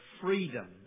freedom